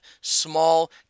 small